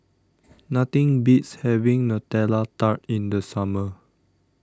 Nothing Beats having Nutella Tart in The Summer